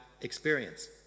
experience